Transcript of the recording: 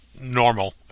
normal